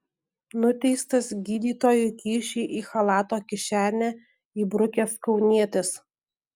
nuteistas gydytojui kyšį į chalato kišenę įbrukęs kaunietis